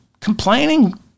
complaining